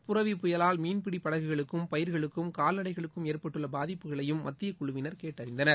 புரவி புயவால் மீன்பிடி படகுகளுக்கும் பயிர்களுக்கும் கால்நடைகளுக்கும் ஏற்பட்டுள்ள பாதிப்புகளையும் மத்தியக்குழுவினர் கேட்டறிந்தனர்